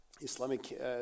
Islamic